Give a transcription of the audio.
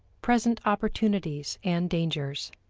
present opportunities and dangers.